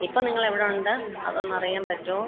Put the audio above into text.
ഇപ്പോള് നിങ്ങളെവിടുണ്ട് അതൊന്നറിയാന് പറ്റുമോ